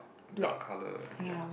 dark colour ya